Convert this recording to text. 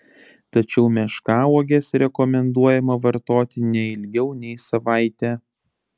tačiau meškauoges rekomenduojama vartoti ne ilgiau nei savaitę